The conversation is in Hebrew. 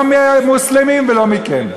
לא מהמוסלמים ולא מכם.